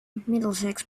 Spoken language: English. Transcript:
middlesex